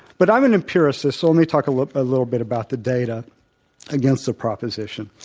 but i'm an empiricist, so let me talk a little ah little bit about the data against the proposition.